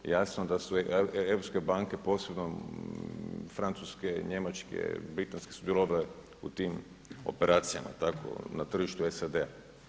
Jasno da su europske banke posebno francuske, njemačke, britanske su bile obje u tim operacijama tako na tržištu SAD-a.